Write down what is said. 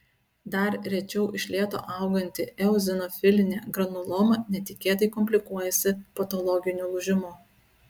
dar rečiau iš lėto auganti eozinofilinė granuloma netikėtai komplikuojasi patologiniu lūžimu